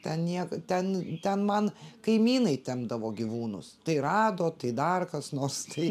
ten niek ten ten man kaimynai tempdavo gyvūnus tai rado tai dar kas nors tai